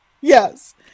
Yes